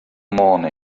morning